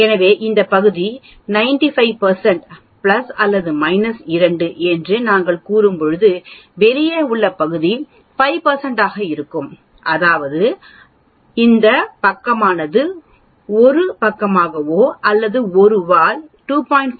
எனவே இந்த பகுதி 95 பிளஸ் அல்லது மைனஸ் 2 என்று நாங்கள் கூறும்போது வெளியே உள்ள பகுதி வெளிப்படையாக 5 ஆக இருக்கும் அதாவது இந்த பக்கமானது 1 பக்கமாகவோ அல்லது ஒரு வால் 2